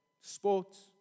Sports